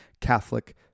Catholic